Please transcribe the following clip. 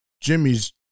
Jimmy's